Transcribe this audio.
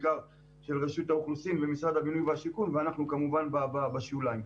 בעיקר של רשות האוכלוסין ומשרד הבינוי והשיכון ואנחנו כמובן בשוליים.